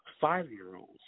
five-year-olds